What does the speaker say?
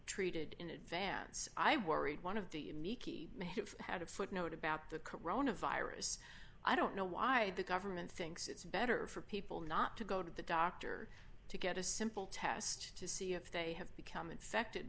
treated in advance i worried one of the you may have had a footnote about the coronavirus i don't know why the government thinks it's better for people not to go to the doctor to get a simple test to see if they have become infected